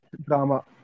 drama